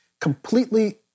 completely